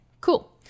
Cool